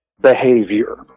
behavior